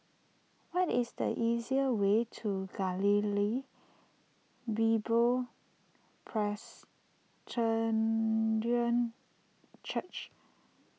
what is the easier way to Galilee Bible Presbyterian Church